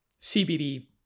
CBD